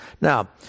Now